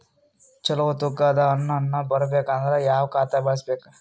ಚಲೋ ತೂಕ ದ ಹಣ್ಣನ್ನು ಬರಬೇಕು ಅಂದರ ಯಾವ ಖಾತಾ ಬಳಸಬೇಕು?